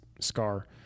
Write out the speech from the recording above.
scar